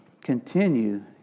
continue